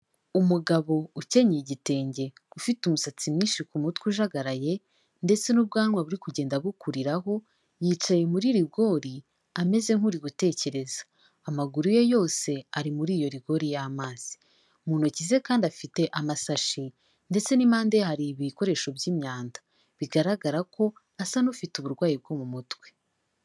Umugabo ukenyeye igitenge ufite umusatsi mwinshi ku mutwe ujagaraye ndetse n'ubwanwa buri kugenda bukuriraho, yicaye muri rigori ameze nk'uri gutekereza, amaguru ye yose ari muri iyo regori y'amazi, mu ntoki ze kandi afite amasashi ndetse n'impande ye hari ibikoresho by'imyanda bigaragara ko asa n'ufite uburwayi bwo mu mutwe.